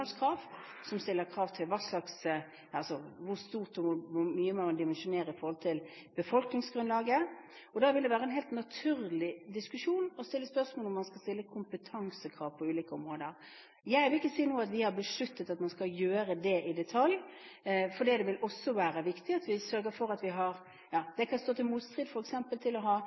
som stiller krav til hvor stort og hvor mye man vil dimensjonere i forhold til befolkningsgrunnlaget. Da vil det være en helt naturlig diskusjon å stille spørsmål om man skal stille kompetansekrav på ulike områder. Jeg vil ikke nå si at vi har besluttet å gjøre det i detalj, for det vil også være viktig å sørge for at det ikke kan stå i motstrid til f.eks. å ha